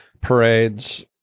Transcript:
parades